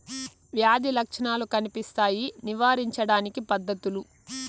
వ్యాధి లక్షణాలు కనిపిస్తాయి నివారించడానికి పద్ధతులు?